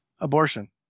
Abortion